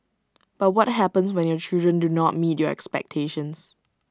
but what happens when your children do not meet your expectations